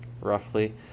roughly